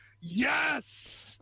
Yes